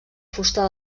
fusta